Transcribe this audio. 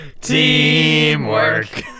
Teamwork